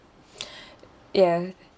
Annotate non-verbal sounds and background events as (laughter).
(breath) ya